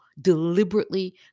deliberately